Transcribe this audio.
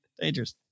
dangerous